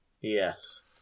Yes